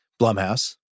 Blumhouse